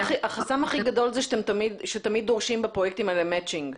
החסם הכי גדול זה שתמיד דורשים בפרויקטים האלה מצ'ינג.